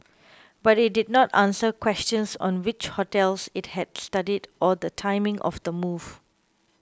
but it did not answer questions on which hotels it had studied or the timing of the move